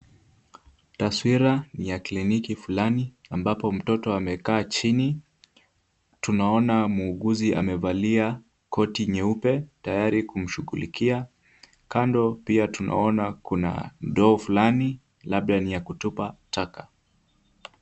Taswira ni ya kliniki flani ambapo mtoto amekaa chini . Tunaona muuguzi amevalia koti nyeupe tayari kumshughulikia . Kando pia tunaona kuna ndoo flani labda ni ya kutupa taka.